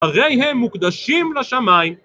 ‫הרי הם מוקדשים לשמים.